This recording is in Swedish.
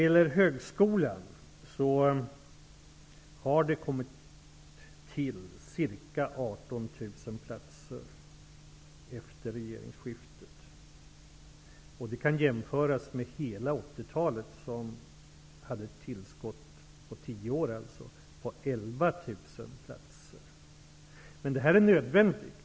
Inom högskolan har det kommit till ca 18 000 platser efter regeringsskiftet. Det kan jämföras med hela 80-talet, när det -- på tio år alltså -- skedde ett tillskott på 11 000 platser. Men det här är nödvändigt.